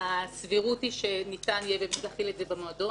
הסבירות היא שניתן יהיה להחיל את זה במועדו.